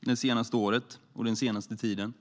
det senaste året och den senaste tiden.